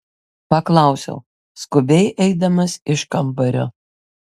paklausiau skubiai eidamas iš kambario